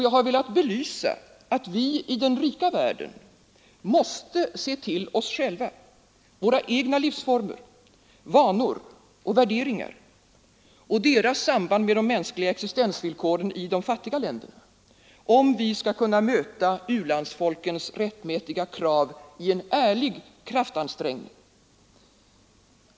Jag har velat belysa att vi i den rika världen måste se till oss själva, våra egna livsformer, vanor och värderingar och deras samband med de mänskliga existensvillkoren i de fattiga länderna, om vi skall kunna möta u-landsfolkens rättmätiga krav i en ärlig kraftansträngning.